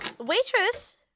Waitress